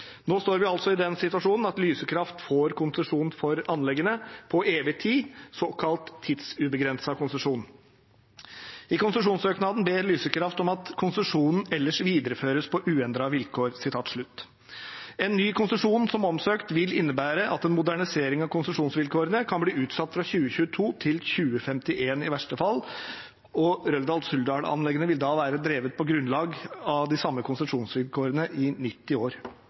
Nå står vi altså i den situasjonen at Lyse Kraft får konsesjon for anleggene til evig tid, såkalt tidsubegrenset konsesjon. I konsesjonssøknaden ber Lyse Kraft om at «konsesjonen ellers videreføres på uendrede vilkår». En ny konsesjon som omsøkt vil innebære at en modernisering av konsesjonsvilkårene kan bli utsatt fra 2022 til 2051, i verste fall. Røldal-Suldal-anleggene vil da være drevet på grunnlag av de samme konsesjonsvilkårene i 90 år.